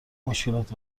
مشکلات